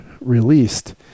released